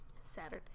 Saturday